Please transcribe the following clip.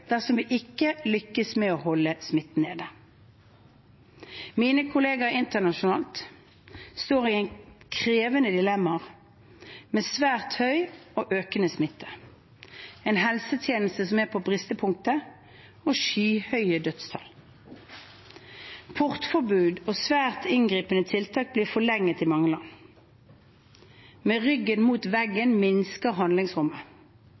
dersom vi ikke lykkes med å holde smitten nede. Mine kolleger internasjonalt står i krevende dilemmaer med svært høy og økende smitte, en helsetjeneste som er på bristepunktet, og skyhøye dødstall. Portforbud og svært inngripende tiltak blir forlenget i mange land. Med ryggen mot veggen minsker handlingsrommet.